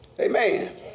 Amen